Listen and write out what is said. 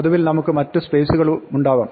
പൊതുവിൽ നമുക്ക് മറ്റു സ്പേസുകളുമുണ്ടാവാം